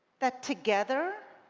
that, together,